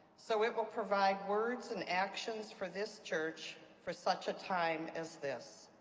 so it will provide words and actions for this church for such a time as this.